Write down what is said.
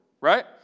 right